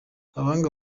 abahanga